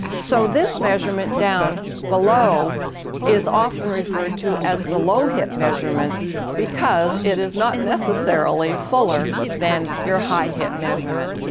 so this measurement down below is often referred to as the low hip measurement because it is not necessarily fuller than your high hip measurement.